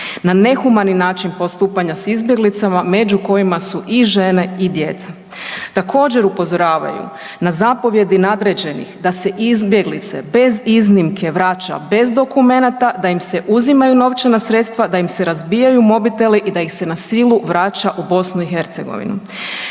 na nehumani način postupanja s izbjeglicama među kojima su i žene i djeca. Također upozoravaju na zapovjedi nadređenih da se izbjeglice bez iznimke vraća bez dokumenata, da im se uzimaju novčana sredstva, da im se razbijaju mobiteli i da ih se na silu vraća u BiH.